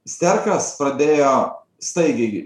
sterkas pradėjo staigiai